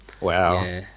Wow